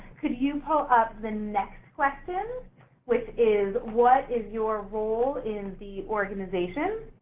could you pull up the next question which is what is your role in the organization?